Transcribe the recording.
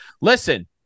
Listen